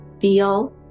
feel